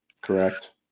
correct